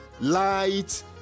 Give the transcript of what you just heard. light